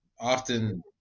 often